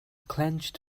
clenched